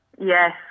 yes